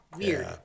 weird